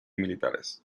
militares